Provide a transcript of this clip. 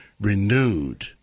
renewed